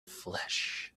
flesh